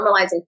normalizing